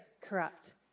corrupt